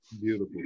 Beautiful